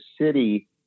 city